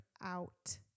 out